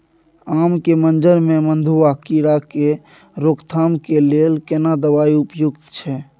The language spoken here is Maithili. आम के मंजर में मधुआ कीरा के रोकथाम के लेल केना दवाई उपयुक्त छै?